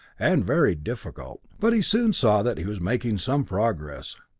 and very difficult. but he soon saw that he was making some progress.